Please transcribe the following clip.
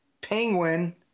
Penguin